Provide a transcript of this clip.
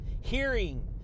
Hearing